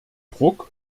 druck